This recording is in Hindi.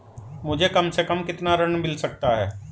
मुझे कम से कम कितना ऋण मिल सकता है?